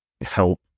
help